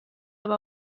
aber